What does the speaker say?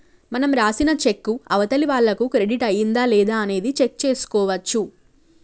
మనం రాసిన చెక్కు అవతలి వాళ్లకు క్రెడిట్ అయ్యిందా లేదా అనేది చెక్ చేసుకోవచ్చు